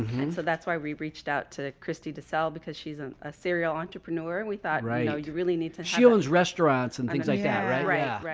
and so that's why we reached out to christie to sell because she's a ah serial entrepreneur. and we thought right oh, you really need to she owns restaurants and things like that. right? right. yeah right.